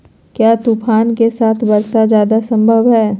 क्या तूफ़ान के साथ वर्षा जायदा संभव है?